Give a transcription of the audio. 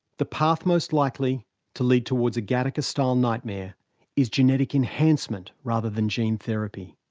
the path most likely to lead towards a gattaca-style nightmare is genetic enhancement rather than gene therapy.